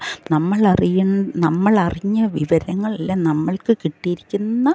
നമ്മൾ അറിയുന്ന നമ്മൾ അറിഞ്ഞ വിവരങ്ങളെല്ലാം നമ്മൾക്ക് കിട്ടിയിരിക്കുന്ന